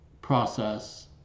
process